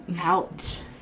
Out